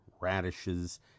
radishes